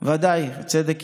ודאי, הצדק